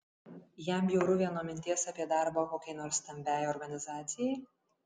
jam bjauru vien nuo minties apie darbą kokiai nors stambiai organizacijai